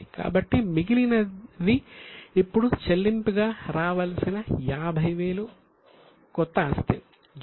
కాబట్టి మిగిలినవి ఇప్పుడు చెల్లింపు గా రావలసిన 50000 కొత్త ఆస్తి జోడించబడింది